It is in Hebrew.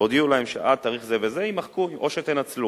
והודיעו להם שעד תאריך זה וזה יימחקו, או שינצלו.